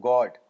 God